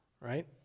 right